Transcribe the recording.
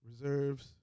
reserves